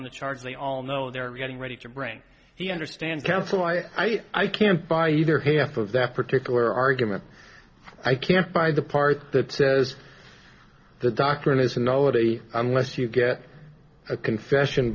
on the charge we all know they're getting ready to bring he understand council why i can't buy either half of that particular argument i can't find the part that says the doctrine is a no a unless you get a confession